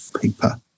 paper